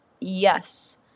Yes